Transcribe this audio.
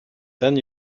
then